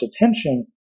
attention